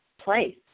place